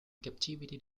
captivity